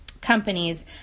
companies